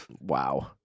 Wow